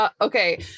Okay